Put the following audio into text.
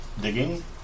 digging